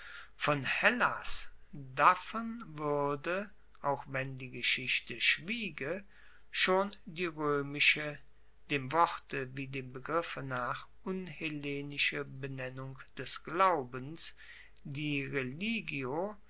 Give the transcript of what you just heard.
von hellas davon wuerde auch wenn die geschichte schwiege schon die roemische dem worte wie dem begriffe nach unhellenische benennung des glaubens die religio